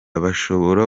bashobora